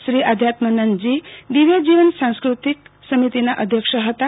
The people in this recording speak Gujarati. શ્રી આધ્યાત્મનંદજી દિવ્યજીવન સાંસ્કૃત્તિક સમિતિનાં અધ્યક્ષ હતાં